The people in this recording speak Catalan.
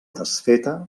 desfeta